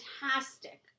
fantastic